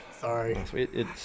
Sorry